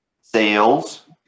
sales